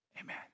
Amen